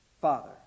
Father